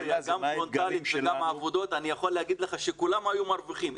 אני יכול להגיד לך שכולם היו מרוויחים.